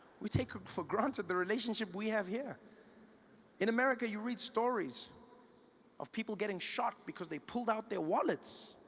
we take ah for granted the relationship we have here in america you read stories of people getting shot because they pulled out their wallets